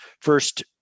first